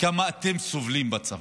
וכמה אתם סובלים בצפון.